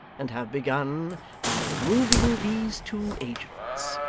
and have begun by removing these two agents.